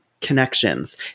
connections